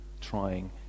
trying